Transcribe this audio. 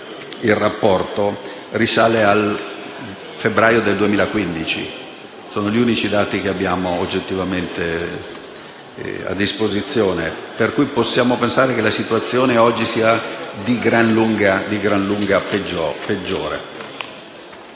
il rapporto risale al febbraio del 2015. Sono gli unici dati che abbiamo a disposizione e possiamo pensare che la situazione oggi sia di gran lunga peggiore.